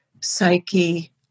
psyche